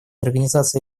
организация